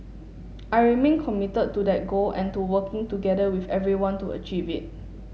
I remain committed to that goal and to working together with everyone to achieve it